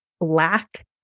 black